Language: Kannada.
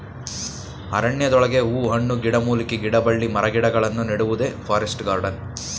ಅರಣ್ಯದೊಳಗೆ ಹೂ ಹಣ್ಣು, ಗಿಡಮೂಲಿಕೆ, ಗಿಡಬಳ್ಳಿ ಮರಗಿಡಗಳನ್ನು ನೆಡುವುದೇ ಫಾರೆಸ್ಟ್ ಗಾರ್ಡನ್